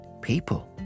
People